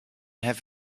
have